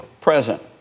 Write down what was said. present